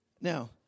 Now